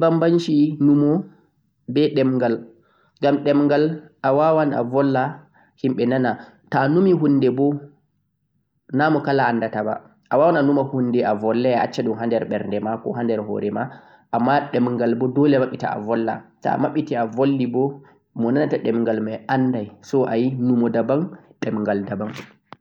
wodii banbanci ɗemngal be numo ngam ɗemngal awawan a vulwa himɓe nana amma taànumi hunde wala moàndata ko a numi